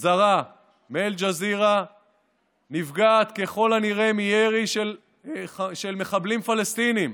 זרה מאל-ג'זירה נפגעת ככל הנראה מירי של מחבלים פלסטינים,